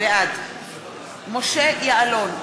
בעד משה יעלון,